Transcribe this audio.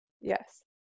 Yes